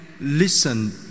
listen